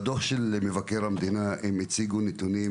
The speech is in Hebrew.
בדוח של מבקר המדינה הם הציגו נתונים